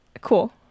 Cool